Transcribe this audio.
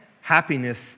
Happiness